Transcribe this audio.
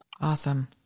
awesome